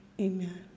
Amen